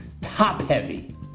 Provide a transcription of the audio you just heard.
top-heavy